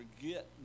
forget